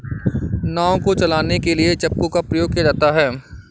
नाव को चलाने के लिए चप्पू का प्रयोग किया जाता है